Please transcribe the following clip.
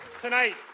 tonight